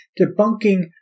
debunking